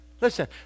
Listen